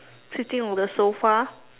sitting on the sofa